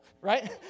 right